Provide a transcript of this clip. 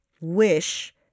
wish